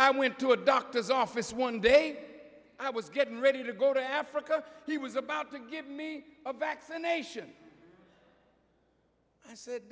i went to a doctor's office one day i was getting ready to go to africa he was about to give me a vaccination i said